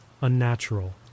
unnatural